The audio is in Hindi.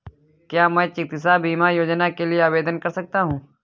क्या मैं चिकित्सा बीमा योजना के लिए आवेदन कर सकता हूँ?